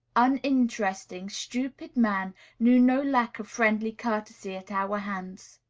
uninteresting, stupid man knew no lack of friendly courtesy at our hands.